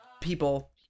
people